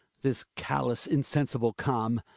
this callous, insensible calm!